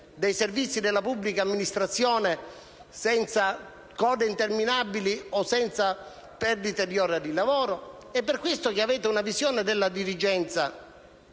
dei servizi della pubblica amministrazione senza code interminabili o senza perdita di ore di lavoro. Avete una visione della dirigenza